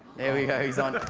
there we go. he's on.